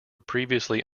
previously